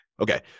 Okay